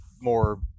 more